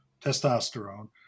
testosterone